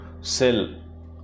cell